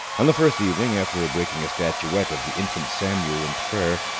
on the first evening, after breaking a statuette of the infant samuel in prayer,